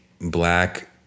black